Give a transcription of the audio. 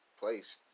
place